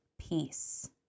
peace